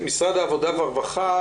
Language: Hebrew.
משרד העבודה והרווחה,